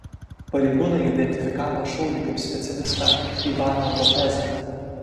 pareigūnai identifikavo šaulį kaip specialistą ivaną lopezą